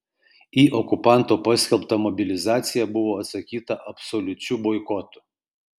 į okupanto paskelbtą mobilizaciją buvo atsakyta absoliučiu boikotu